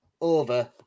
over